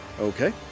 Okay